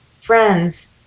friends